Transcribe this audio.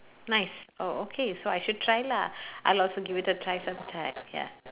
nice oh okay so I should try lah I love to give it a try sometime ya